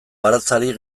baratzari